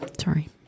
Sorry